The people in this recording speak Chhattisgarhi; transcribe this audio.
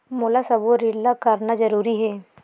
मोला सबो ऋण ला करना जरूरी हे?